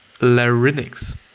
larynx